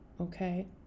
okay